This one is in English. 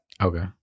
Okay